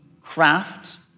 craft